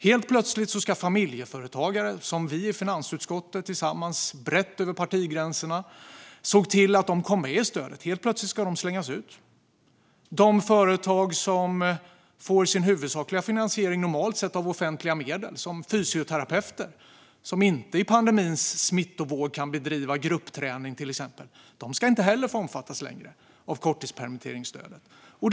Helt plötsligt ska familjeföretagare, som vi i finansutskottet tillsammans brett över partigränserna såg till kom med i stödet, slängas ut. De företag som normalt sett får sin huvudsakliga finansiering av offentliga medel, som fysioterapeuter som inte under pandemins smittvåg kan bedriva gruppträning, ska inte heller få omfattas av korttidspermitteringsstödet längre.